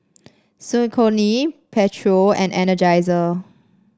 Saucony Pedro and Energizer